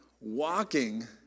Walking